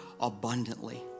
abundantly